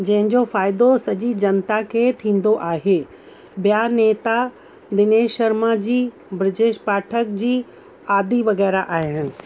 जंहिंजो फ़ाइदो सॼी जनता खे थींदो आहे ॿिया नेता दिनेश शर्मा जी ब्रजेश पाठक जी आदि वग़ैरह आहिनि